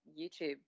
YouTube